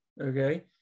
okay